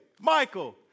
Michael